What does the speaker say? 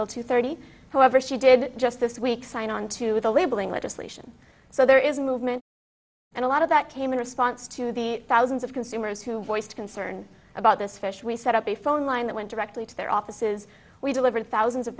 bill two thirty however she did just this week signed on to the labeling legislation so there is a movement and a lot of that came in response to the thousands of consumers who voiced concern about this fish we set up a phone line that went directly to their offices we delivered thousands of